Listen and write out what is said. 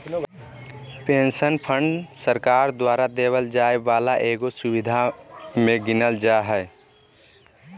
pension fund सरकार द्वारा देवल जाय वाला एगो सुविधा मे गीनल जा हय